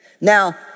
Now